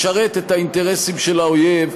לשרת את האינטרסים של האויב,